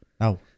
No